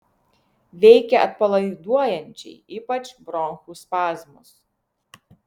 veikia atpalaiduojančiai ypač bronchų spazmus